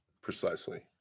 Precisely